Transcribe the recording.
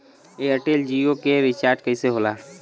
Airtel Jio के recharge कैसे होला?